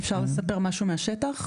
אפשר לספר משהו מהשטח?